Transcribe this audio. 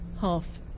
half